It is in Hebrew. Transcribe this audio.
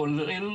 כולל